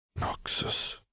Noxus